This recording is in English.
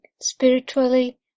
spiritually